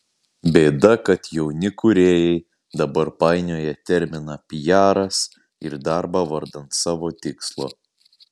bėda kad jauni kūrėjai dabar painioja terminą piaras ir darbą vardan savo tikslo